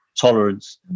tolerance